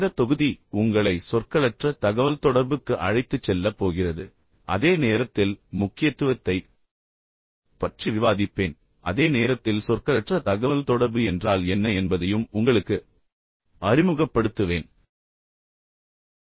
இந்த தொகுதி உங்களை சொற்களற்ற தகவல்தொடர்புக்கு அழைத்துச் செல்லப் போகிறது அதே நேரத்தில் முக்கியத்துவத்தைப் பற்றி விவாதிப்பேன் அதே நேரத்தில் சொற்களற்ற தகவல்தொடர்பு என்றால் என்ன என்பதையும் உங்களுக்கு அறிமுகப்படுத்துவேன்